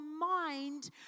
mind